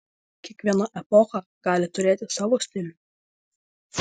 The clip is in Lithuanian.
kiekviena epocha gali turėti savo stilių